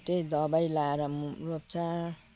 त्यही दबाई लगाएर पनि रोप्छ